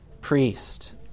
priest